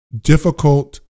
difficult